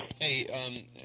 Hey